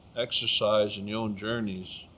exercise and your own journeys